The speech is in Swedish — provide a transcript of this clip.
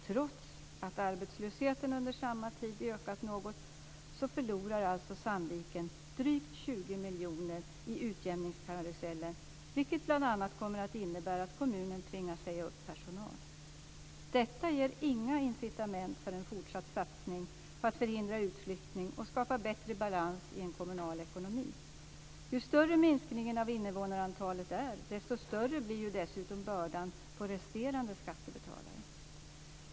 Trots att arbetslösheten under samma tid ökat något förlorar alltså Sandviken drygt 20 miljoner i utjämningskarusellen, vilket bl.a. kommer att innebära att kommunen tvingas säga upp personal. Detta ger inga incitament för en fortsatt satsning på att förhindra utflyttning och skapa bättre balans i en kommunal ekonomi. Ju större minskningen av invånarantalet är, desto större blir dessutom bördan på resterande skattebetalare.